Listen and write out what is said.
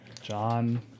John